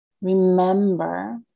remember